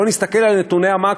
בואו נסתכל על נתוני המקרו: